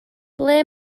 ble